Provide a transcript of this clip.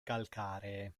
calcaree